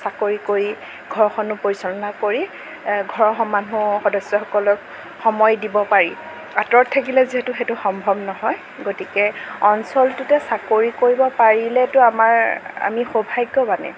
চাকৰি কৰি ঘৰখনো পৰিচালনা কৰি ঘৰৰ মানুহ সদস্য়সকলক সময় দিব পাৰি আঁতৰত থাকিলে যিহেতু সেইটো সম্ভৱ নহয় গতিকে অঞ্চলটোতে চাকৰি কৰিব পাৰিলেতো আমাৰ আমি সৌভাগ্য়ৱানেই